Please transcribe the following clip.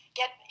get